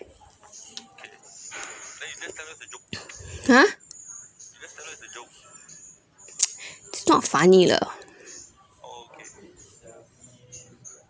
!huh! it's not funny lah